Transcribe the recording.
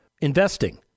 investing